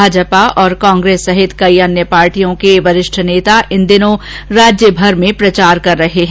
भाजपा और कांग्रेस समेत कई अन्य पार्टियों के वरिष्ठ नेता इन दिनों राज्यमर में प्रचार कर रहे हैं